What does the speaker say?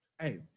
Hey